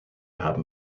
haben